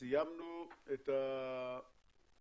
סיימנו את הדיונים